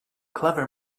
clever